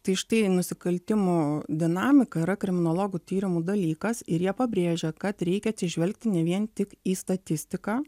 tai štai nusikaltimų dinamika yra kriminologų tyrimų dalykas ir jie pabrėžia kad reikia atsižvelgti ne vien tik į statistiką